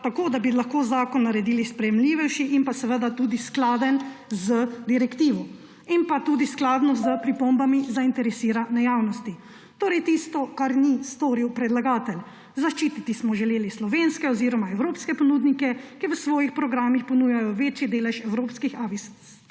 tako lahko zakon naredili sprejemljivejši in tudi skladen z direktivo ter s pripombami zainteresirane javnosti. Torej tisto, česar ni storil predlagatelj, zaščititi smo želeli slovenske oziroma evropske ponudnike, ki v svojih programih ponujajo večji delež evropskih AV